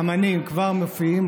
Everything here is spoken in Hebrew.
האומנים כבר מופיעים,